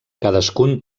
cadascun